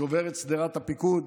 שובר את שדרת הפיקוד